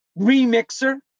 remixer